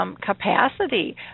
capacity